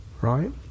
Right